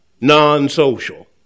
non-social